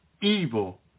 evil